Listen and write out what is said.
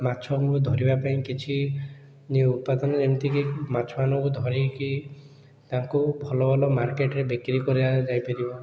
ମାଛଙ୍କୁ ଧରିବା ପାଇଁ କିଛି ଉପାଦାନ ଯେମିତିକି ମାଛମାନଙ୍କୁ ଧରିକି ତାଙ୍କୁ ଭଲ ଭଲ ମାର୍କେଟରେ ବିକ୍ରି କରିବା ଯାଇପାରିବ